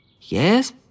Yes